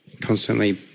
constantly